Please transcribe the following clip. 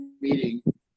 meeting